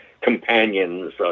companions